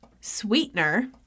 sweetener